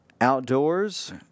Outdoors